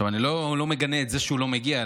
אני לא מגנה את זה שהוא לא מגיע,